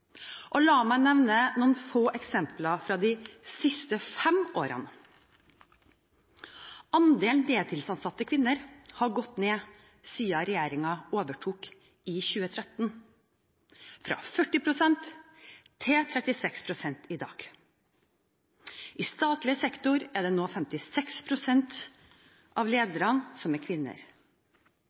La meg nevne noen få eksempler fra de siste fem årene: Andelen deltidsansatte kvinner har gått ned siden regjeringen overtok i 2013 – fra 40 pst. til 36 pst. i dag. I statlig sektor er nå 56 pst. av lederne